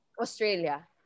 Australia